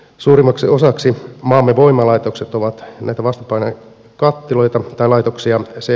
suurimmaksi osaksi maamme voimalaitokset ovat näitä vastapainelaitoksia chp laitoksia